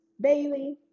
Bailey